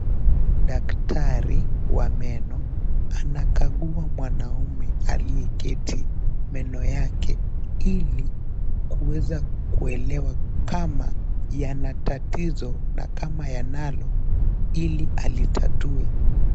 Daktari wa meno anakagua mwanaume aliyeketi meno yake ili kuweza kuelewa kama yana tatizo na kama yanalo ili alitatue.